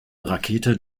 rakete